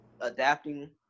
adapting